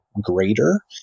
greater